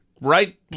Right